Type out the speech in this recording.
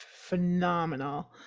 Phenomenal